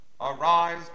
Arise